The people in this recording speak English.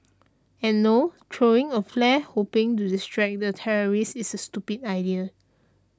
and no throwing a flare hoping to distract the terrorist is a stupid idea